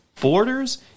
borders